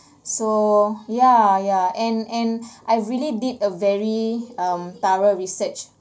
so ya ya and and I really did a very um thorough research